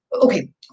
Okay